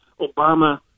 Obama